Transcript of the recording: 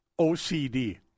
OCD